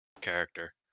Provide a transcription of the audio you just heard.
character